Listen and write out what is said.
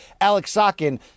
Alexakin